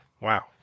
Wow